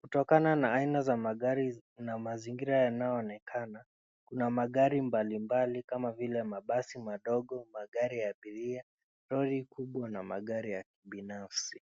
Kutokana na aina ya magari na mazingira yanayoonekana kuna magari mbalimbali kama vile mabasi madogo mabasi ya abiria, lori kubwa na magari ya kibinafsi.